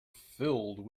filled